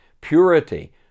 Purity